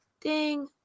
Ding